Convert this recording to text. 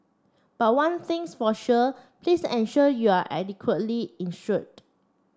but one thing's for sure please ensure you are adequately insured